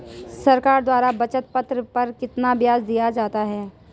सरकार द्वारा बचत पत्र पर कितना ब्याज दिया जाता है?